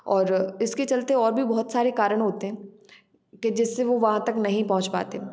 और इसके चलते और भी बहुत सारे कारण होते हैं की जिससे वो वहाँ तक नहीं पहुँच पाते